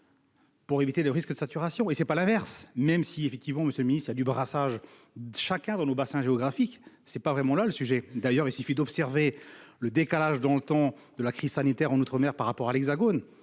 Pour éviter le risque de saturation et c'est pas l'inverse, même si, effectivement, Monsieur le Ministre, a du brassage de chacun dans nos bassins géographiques, c'est pas vraiment le sujet d'ailleurs, il suffit d'observer le décalage dans le temps de la crise sanitaire en outre-mer par rapport à l'Hexagone,